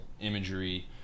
imagery